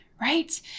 right